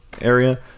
area